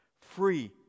Free